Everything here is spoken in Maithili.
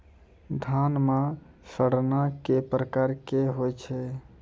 धान म सड़ना कै प्रकार के होय छै?